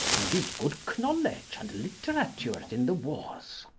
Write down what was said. and is good knowledge and literatured in the warres